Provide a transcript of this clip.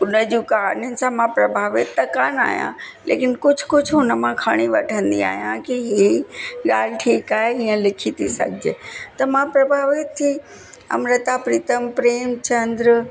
त हुन जूं कहाणियुनि सां मां प्रभावित त कान आहियां लेकिनि कुझु कुझु हुन मां खणी वठंदी आहियां कि ही ॻाल्हि ठीकु आहे हीअं लिखी थी सघिजे त मां प्रभावित थी अमृता प्रीतम प्रेम चंद्र